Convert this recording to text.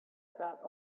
about